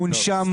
מונשם,